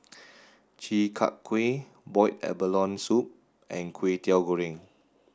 Chi Kak Kuih boiled abalone soup and Kwetiau Goreng